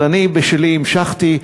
אבל אני המשכתי בשלי.